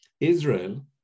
Israel